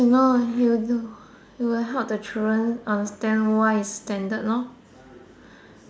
ya you know you you you will help the children understand why it's standard lah